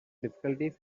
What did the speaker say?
difficulties